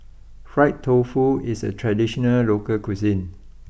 Fried Tofu is a traditional local cuisine